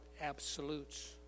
absolutes